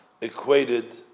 equated